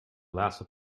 laatste